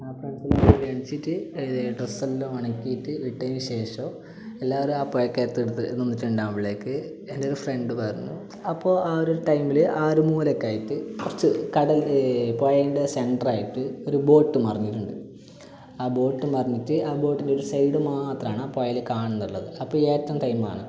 ഫ്രെണ്ട്സ്സെല്ലാരും കൂടെ എണിച്ചിട്ട് ഡ്രെസ്സെല്ലാം ഉണക്കീട്ട് വിട്ടയിന് ശേഷം എല്ലാവരും ആ പാക്കാക്കടുത്തു നിന്നിട്ടുണ്ടാവും അവളേക്ക് എൻ്റെ ഒരു ഫ്രെണ്ട് പറഞ്ഞു അപ്പോൾ ആ ഒരു ടൈമില് ആ ഒര് മൂലക്കായിട്ട് കുറച്ച് കടല് പുഴൻ്റെ സെന്ററായിട്ട് ഒരു ബോട്ട് മറിഞ്ഞിട്ടുണ്ട് ആ ബോട്ട് മറിഞ്ഞിട്ട് ആ ബോട്ടിൻ്റെ ഒരു സൈഡ് മാത്രമാണ് ആ പുഴയിൽ കാണുള്ളുന്നുള്ളത് അപ്പം ഏറ്റം ടൈമാണ്